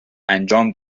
انجام